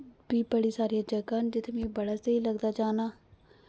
बी बड़े सारे जगह न जित्थै मिं बड़ा स्हेई लगदा जाना